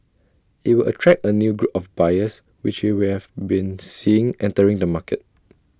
IT will attract A new group of buyers which we we have been seeing entering the market